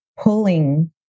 pulling